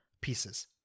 pieces